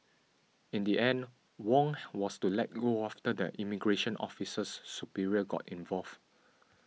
in the end Wong was let go after that immigration officer's superior got involved